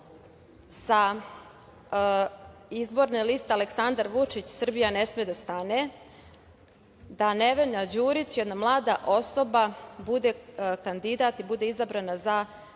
sa izborne liste Aleksandar Vučić – Srbija ne sme da stane da Nevena Đurić, jedna mlada osoba, bude kandidat i bude izabrana sa